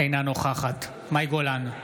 אינה נוכחת מאי גולן,